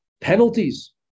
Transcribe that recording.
Penalties